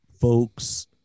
folks